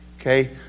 Okay